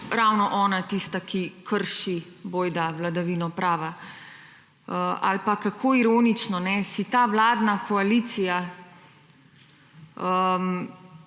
ravno ona tista, ki krši bojda vladavino prava. Ali pa kako ironično si ta vladna koalicija